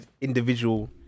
individual